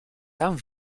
tam